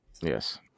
Yes